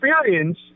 experience